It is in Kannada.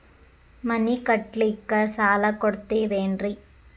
ಮನಿ ಕಟ್ಲಿಕ್ಕ ಸಾಲ ಕೊಡ್ತಾರೇನ್ರಿ?